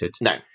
no